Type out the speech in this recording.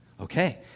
Okay